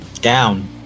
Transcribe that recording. Down